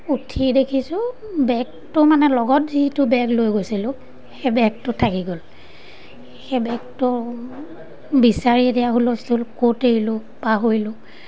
উঠি দেখিছোঁ বেগটো মানে লগত যিটো বেগ লৈ গৈছিলোঁ সেই বেগটো থাকি গ'ল সেই বেগটো বিচাৰি এতিয়া হুলস্থূল ক'ত এৰিলোঁ পাহৰিলোঁ